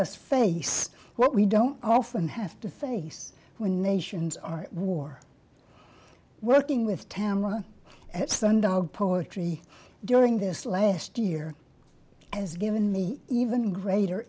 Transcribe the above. us face what we don't often have to face when nations are war working with tamra at sundown poetry during this last year has given me even greater